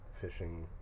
fishing